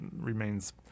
remains